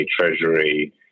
Treasury